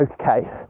okay